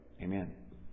Amen